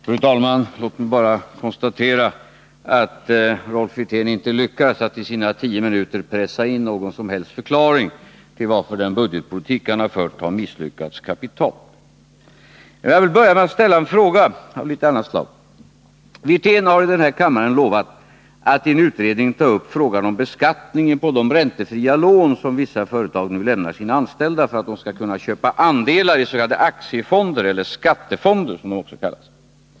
Fru talman! Låt mig bara konstatera att Rolf Wirtén under sina tio minuter inte lyckades pressa in någon som helst förklaring till att den budgetpolitik han fört har misslyckats kapitalt. Men jag vill ställa en fråga av litet annat slag. Rolf Wirtén har under en debatt i den här kammaren lovat att i en utredning ta upp frågan om beskattningen av de räntefria lån som vissa företag nu lämnar sina anställda för att dessa skall kunna köpa andelar is.k. aktiefonder eller skattefonder, som de också kallas.